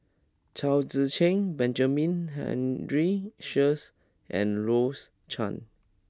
Chao Tzee Cheng Benjamin Henry Sheares and Rose Chan